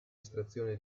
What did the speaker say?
estrazione